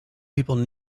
people